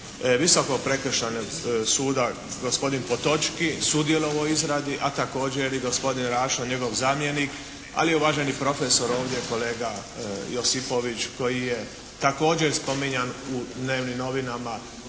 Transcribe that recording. Visokog prekršajnog suda gospodin Potočki sudjelovao u izradi, a također i gospodin Rašo, njegov zamjenik, a i uvaženi profesor ovdje kolega Josipović koji je također spominjan u dnevnim novinama